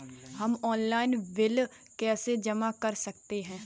हम online bill कैसे जमा कर सकते हैं?